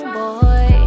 boy